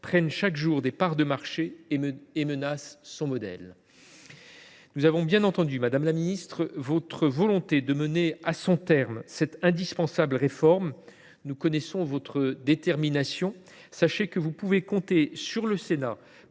prennent chaque jour des parts de marché et menacent son modèle. Nous avons bien compris, madame la ministre, votre volonté de mener à son terme cette indispensable réforme. Nous connaissons votre détermination. Sachez le, vous pouvez compter sur le Sénat